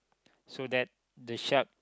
so that the shark